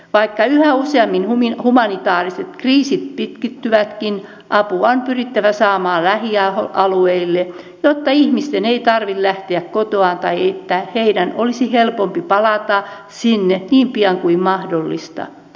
vaikka yhä useammin humanitaariset kriisit pitkittyvätkin apua on pyrittävä saamaan lähialueille jotta ihmisten ei tarvitse lähteä kotoaan tai että heidän olisi helpompi palata sinne niin pian kuin mahdollista